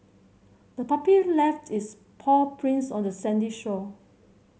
the puppy left its paw prints on the sandy shore